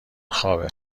خوابه